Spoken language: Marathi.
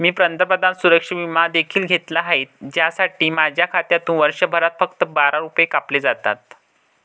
मी पंतप्रधान सुरक्षा विमा देखील घेतला आहे, ज्यासाठी माझ्या खात्यातून वर्षभरात फक्त बारा रुपये कापले जातात